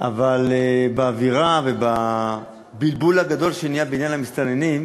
אבל באווירה ובבלבול הגדול שנהיה בעניין המסתננים,